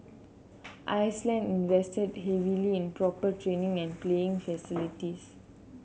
Iceland invested heavily in proper training and playing facilities